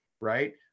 right